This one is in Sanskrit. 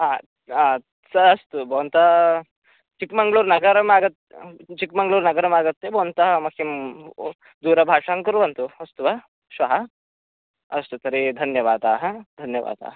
स अस्तु भवन्तः चिक्मङ्ळूरु नगरमागत्य चिकमङ्ग्ळूर् नगरमागत्य भवन्तः मह्यं ओ दुरभाषां कुर्वन्तु अस्तु श्वः अस्तु तर्हि धन्यवादाः धन्यवादाः